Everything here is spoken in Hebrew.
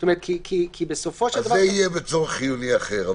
אז זה יהיה בצורך חיוני אחר.